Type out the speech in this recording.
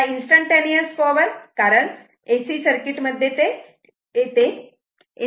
आता instantaneous power कारण AC circuit मध्ये ते येते